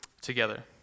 together